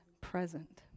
present